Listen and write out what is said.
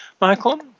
Michael